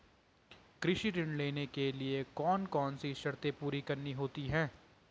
कृषि ऋण लेने के लिए कौन कौन सी शर्तें पूरी करनी होती हैं?